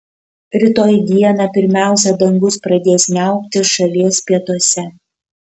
rytoj dieną pirmiausia dangus pradės niauktis šalies pietuose